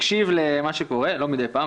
מקשיב למה שקורה לא מדי פעם,